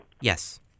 Yes